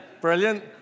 Brilliant